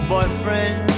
Boyfriend